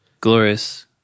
glorious